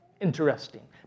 interesting